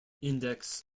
index